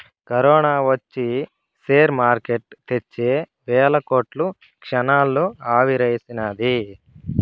corona ఒచ్చి share market తెచ్చే వేల కోట్లు క్షణాల్లో ఆవిరిసేసినాది